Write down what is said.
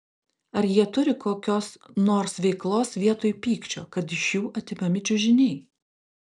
ar jie turi kokios nors veiklos vietoj pykčio kad iš jų atimami čiužiniai